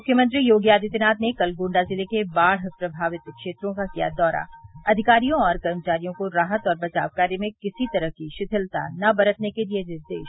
मुख्यमंत्री योगी आदित्यनाथ ने कल गोण्डा जिले के बाढ़ प्रभावित क्षेत्रों का किया दौरा अधिकारियों और कर्मचारियों को राहत और बचाव कार्य में किसी तरह की शिथिलता न बरतने के दिये निर्देश